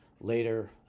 later